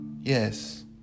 Yes